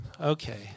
Okay